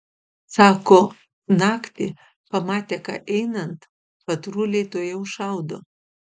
sako naktį pamatę ką einant patruliai tuojau šaudo